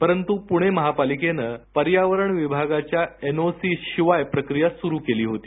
परंतु पुणे महापालिकेनं पर्यावरण विभागाच्या एनओसी शिवाय प्रक्रिया सुरू केली होती